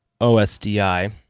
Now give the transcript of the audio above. OSDI